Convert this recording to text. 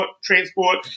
transport